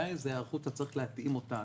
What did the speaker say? זאת הערכות שעדין אתה צריך להתאים אותה,